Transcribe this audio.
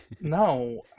No